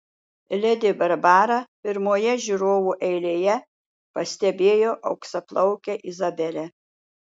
ledi barbara pirmoje žiūrovų eilėje pastebėjo auksaplaukę izabelę